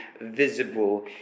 visible